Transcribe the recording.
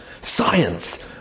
science